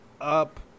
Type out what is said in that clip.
up